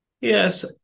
Yes